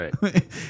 Right